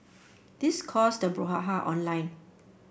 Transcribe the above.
this caused the brouhaha online